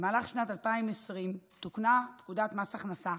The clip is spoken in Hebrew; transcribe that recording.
במהלך שנת 2020 תוקנה פקודת מס הכנסה,